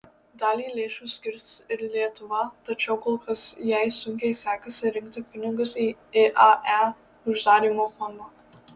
dalį lėšų skirs ir lietuva tačiau kol kas jai sunkiai sekasi rinkti pinigus į iae uždarymo fondą